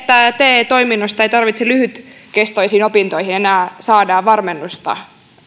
te toimistoista ei tarvitse lyhytkestoisiin opintoihin enää saada varmennusta